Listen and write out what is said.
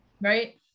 Right